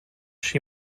she